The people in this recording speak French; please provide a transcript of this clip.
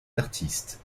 d’artistes